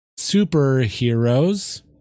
Superheroes